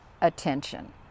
attention